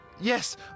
Yes